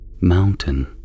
mountain